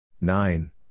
Nine